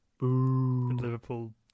Liverpool